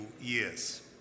years